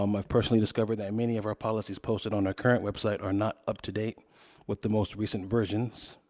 um i've personally discovered that many of our policies posted on our current website are not up to date with the most recent versions.